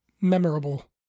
memorable